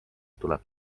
tuleb